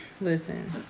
Listen